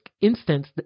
instance